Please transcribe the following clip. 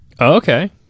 Okay